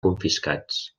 confiscats